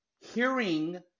hearing